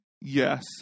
Yes